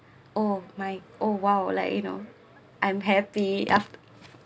oh my oh !wow! like you know I'm happy ya